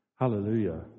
Hallelujah